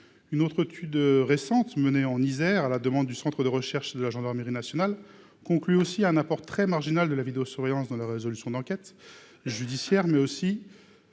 une autre tu de récentes menées en Isère, à la demande du Centre de recherche de la gendarmerie nationale, conclut aussi un apport très marginal de la vidéosurveillance dans la résolution d'enquête judiciaire mais aussi.